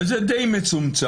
וזה די מצומצם.